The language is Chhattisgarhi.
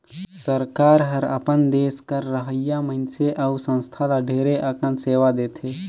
सरकार हर अपन देस कर रहोइया मइनसे अउ संस्था ल ढेरे अकन सेवा देथे